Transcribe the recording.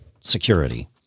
security